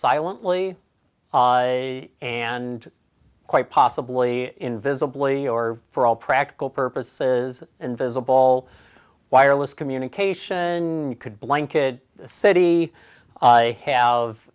silently and quite possibly invisibly or for all practical purposes invisible wireless communication could blanket city have